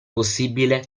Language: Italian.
possibile